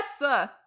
Yes